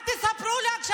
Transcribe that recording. אל תספרו לי עכשיו.